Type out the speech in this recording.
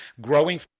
growing